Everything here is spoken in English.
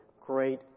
great